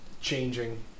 changing